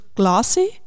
Glossy